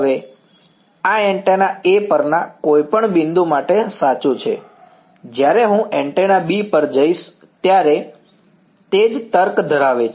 હવે અને આ એન્ટેના A પરના કોઈપણ બિંદુ માટે સાચું છે જ્યારે હું એન્ટેના B પર જઈશ ત્યારે તે જ તર્ક ધરાવે છે